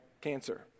cancer